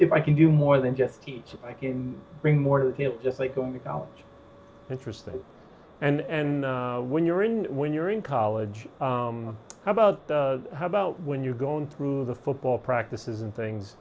if i can do more than just teach i can bring more than just like going to college interesting and then when you're in when you're in college how about how about when you're going through the football practices and things